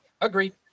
agreed